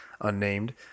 unnamed